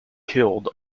killed